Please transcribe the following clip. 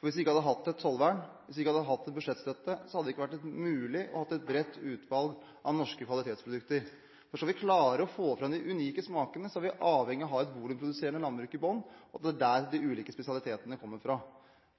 Hvis vi ikke hadde hatt et tollvern, hvis vi ikke hadde hatt en budsjettstøtte, hadde det ikke vært mulig å ha et bredt utvalg av norske kvalitetsprodukter. Skal vi klare å få fram de unike smakene, er vi avhengig av å ha et volumproduserende landbruk i bånn. Det er der de ulike spesialitetene kommer fra.